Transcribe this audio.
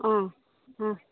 অঁ অঁ